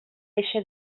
eixa